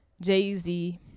Jay-Z